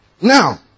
Now